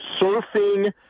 surfing